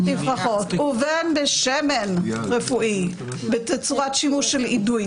-- ובין בשמן רפואי בתצורת שימוש של אידוי,